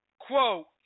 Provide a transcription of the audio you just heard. Quote